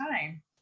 time